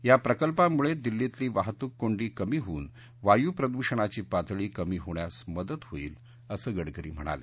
या प्रकल्पांमुळे दिल्लीतली वाहतुक कोंडी कमी होऊन वायु प्रदुषणाची पातळी कमी होण्यास मदत होईल असं गडकरी म्हणाले